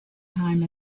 time